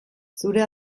zure